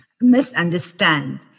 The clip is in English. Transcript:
misunderstand